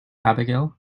abigail